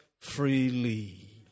freely